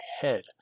head